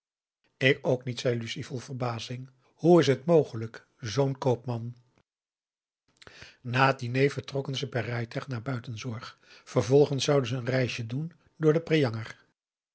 ik ook niet zei lucie vol verbazing hoe is het mogelijk zoo'n koopman na het diner vertrokken ze per rijtuig naar buitenzorg vervolgens zouden ze een reisje doen door de